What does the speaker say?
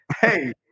Hey